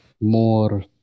More